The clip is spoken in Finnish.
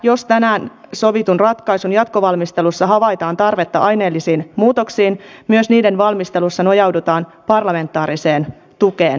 jos tänään sovitun ratkaisun jatkovalmistelussa havaitaan tarvetta aineellisiin muutoksiin myös niiden valmistelussa nojaudutaan parlamentaariseen tukeen